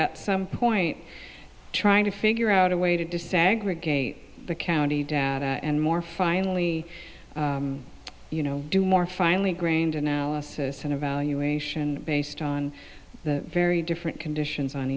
at some point trying to figure out a way to desegregate the county data and more finally you know do more finally grained analysis and evaluation based on the very different conditions on